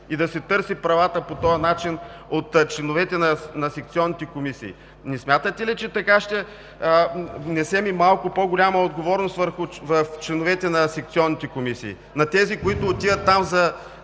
и да си търси правата по този начин от членовете на секционните комисии? Не смятате ли, че така ще внесем и малко по-голяма отговорност в членовете на секционните комисии, на тези, които отиват там само